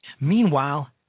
Meanwhile